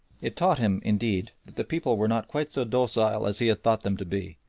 it taught him, indeed, that the people were not quite so docile as he had thought them to be,